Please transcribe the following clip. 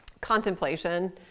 contemplation